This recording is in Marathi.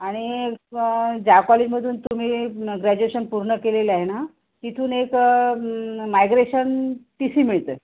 आणि ज्या कॉलेजमधून तुम्ही ग्रॅज्युएशन पूर्ण केलेलं आहे ना तिथून एक मायग्रेशन टी सी मिळते